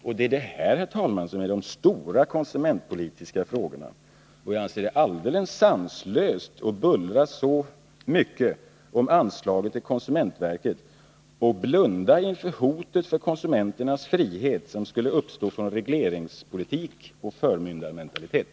Och det är detta, herr talman, som är de stora konsumentpolitiska frågorna. Jag anser det alldeles sanslöst att bullra så mycket om anslaget till konsumentverket och blunda för det hot mot konsumenternas frihet som skulle uppstå genom regleringspolitik och förmyndarmentalitet.